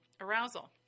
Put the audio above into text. arousal